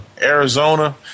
Arizona